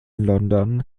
london